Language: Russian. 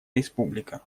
республика